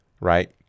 right